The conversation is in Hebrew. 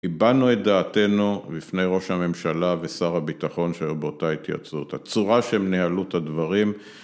הבענו את דעתנו בפני ראש הממשלה ושר הביטחון שהיו באותה התייצבות, הצורה שהם ניהלו את הדברים.